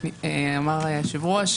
שאמר היושב-ראש,